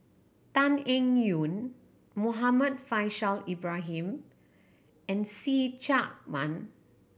Tan Eng Yoon Muhammad Faishal Ibrahim and See Chak Mun